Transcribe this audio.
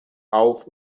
auf